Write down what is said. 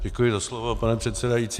Děkuji za slovo, pane předsedající.